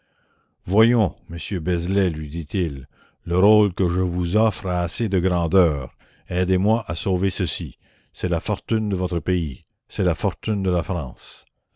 voyons monsieur la commune beslay lui dit-il le rôle que je vous offre a assez de grandeur aidez-moi à sauver ceci c'est la fortune de votre pays c'est la fortune de la france